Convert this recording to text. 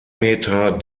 meter